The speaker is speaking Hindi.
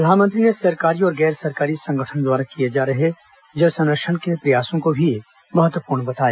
प्रधानमंत्री ने सरकारी और गैर सरकारी संगठनों द्वारा किए जा रहे जल संरक्षण के प्रयासों को भी महत्वपूर्ण बताया